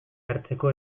hartzeko